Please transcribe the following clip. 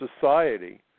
society